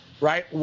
Right